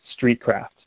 StreetCraft